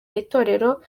itorero